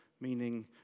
meaning